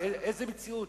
באיזו מציאות?